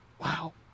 Wow